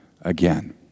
again